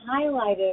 highlighted